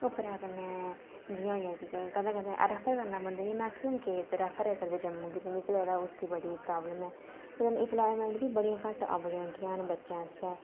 उप्परा कन्नै जियां कदैं कदैं रैफर करना पौंदे इयां मैक्सीमम केस रैफर गै करदे जम्मू गी ते मिगी लगदा उस दी बड़ी प्राब्लम हून इंपलायमैंट्ट दियां बड़ियां घट्ट अप्परचुनटियां न बच्चें आस्तै